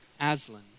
Aslan